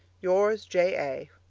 yours, j. a.